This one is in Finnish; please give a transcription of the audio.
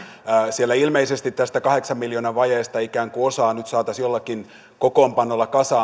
siellä ilmeisesti tästä kahdeksan miljoonan vajeesta ikään kuin osa nyt saataisiin jollakin kokoonpanolla kasaan